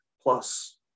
plus